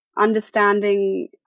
understanding